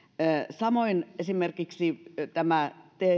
samoin esimerkiksi